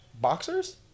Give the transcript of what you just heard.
Boxers